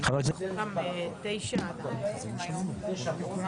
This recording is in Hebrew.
--- מה זה משנה, נשמה?